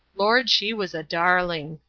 lord, she was a darling!